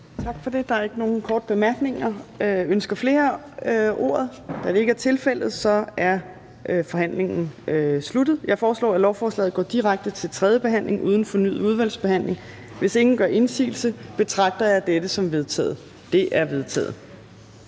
Tak for det. Der er ikke nogen korte bemærkninger. Ønsker flere ordet? Da det ikke er tilfældet, er forhandlingen sluttet. Jeg foreslår, at lovforslaget går direkte til tredje behandling uden fornyet udvalgsbehandling. Hvis ingen gør indsigelse, betragter jeg det som vedtaget. Det er vedtaget.